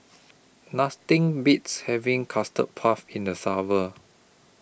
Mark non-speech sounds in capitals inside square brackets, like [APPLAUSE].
Nothing Beats having Custard Puff in The [UNINTELLIGIBLE]